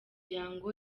muhango